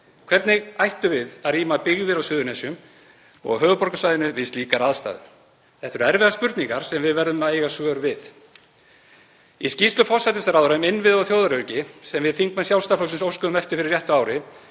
Hvernig ættum við að rýma byggðir á Suðurnesjum og á höfuðborgarsvæðinu við slíkar aðstæður? Þetta eru erfiðar spurningar sem við verðum að eiga svör við. Í skýrslu forsætisráðherra um innviði og þjóðaröryggi, sem við þingmenn Sjálfstæðisflokksins óskuðum eftir fyrir réttu ári,